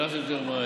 לעשות שיעורי בית,